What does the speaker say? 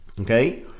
Okay